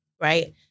Right